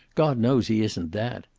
god knows he isn't that.